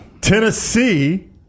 Tennessee